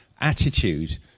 attitude